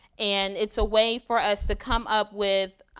and it's a way for us to come up with